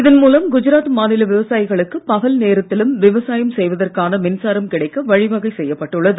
இதன் மூலம் குஜராத் மாநில விவசாயிகளுக்கு பகல் நோத்திலும் விவசாயம் செய்வதற்கான மின்சாரம் கிடைக்க வழிவகை செய்யப்பட்டுள்ளது